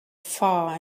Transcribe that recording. far